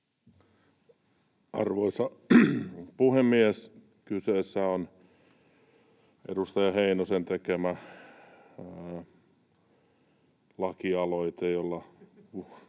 Arvoisa puhemies! Kyseessä on edustaja Heinosen tekemä lakialoite siitä,